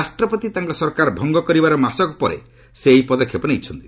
ରାଷ୍ଟ୍ରପତି ତାଙ୍କ ସରକାର ଭଙ୍ଗ କରିବାର ମାସକ ପରେ ସେ ଏହି ପଦକ୍ଷେପ ନେଇଛନ୍ତି